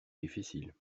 difficiles